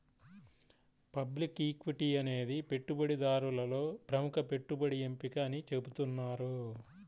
public equity అనేది పెట్టుబడిదారులలో ప్రముఖ పెట్టుబడి ఎంపిక అని చెబుతున్నారు